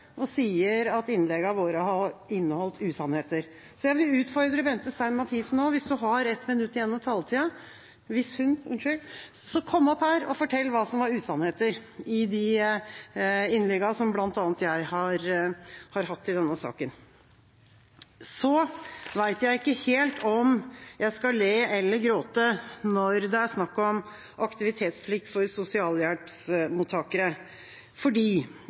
og sier at innleggene våre har inneholdt usannheter. Så jeg vil utfordre Bente Stein Mathisen nå hvis hun har ett minutt igjen av taletiden: Kom opp her og fortell hva som var usannheter i de innleggene som bl.a. jeg har holdt i denne saken! Jeg vet ikke helt om jeg skal le eller gråte når det er snakk om aktivitetsplikt for sosialhjelpsmottakere, fordi